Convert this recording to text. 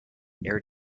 air